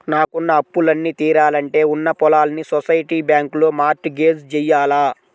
నాకున్న అప్పులన్నీ తీరాలంటే ఉన్న పొలాల్ని సొసైటీ బ్యాంకులో మార్ట్ గేజ్ జెయ్యాల